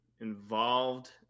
involved